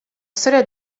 storia